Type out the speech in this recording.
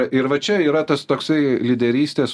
ir va čia yra tas toksai lyderystės